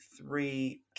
three